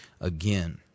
again